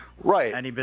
Right